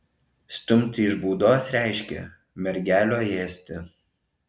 stumti iš būdos reiškė mergelio ėsti